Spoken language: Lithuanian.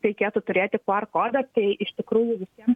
reikėtų turėti qr kodą tai iš tikrųjų visiem